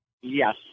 Yes